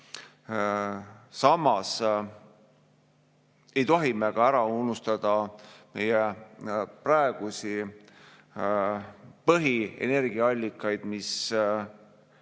Samas ei tohi me ära unustada meie praegusi põhilisi energiaallikaid, mis